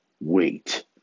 wait